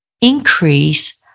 increase